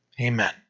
Amen